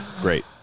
great